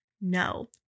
no